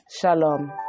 Shalom